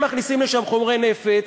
הם מכניסים לשם חומרי נפץ,